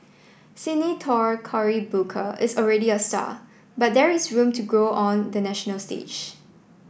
Senator Cory Booker is already a star but there is room to grow on the national stage